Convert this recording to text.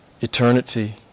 eternity